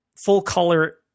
full-color